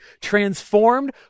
transformed